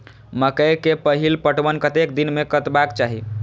मकेय के पहिल पटवन कतेक दिन में करबाक चाही?